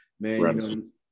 man